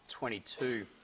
22